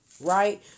right